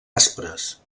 aspres